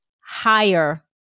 higher